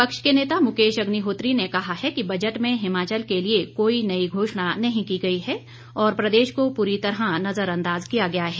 विपक्ष के नेता मुकेश अग्निहोत्री ने कहा है कि बजट में हिमाचल के लिए कोई नई घोषणा नहीं की गई हैं और प्रदेश को पूरी तरह नज़रअदांज किया गया है